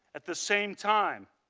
at the same time,